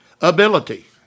ability